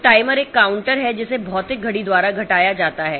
तो टाइमर एक काउंटर है जिसे भौतिक घड़ी द्वारा घटाया जाता है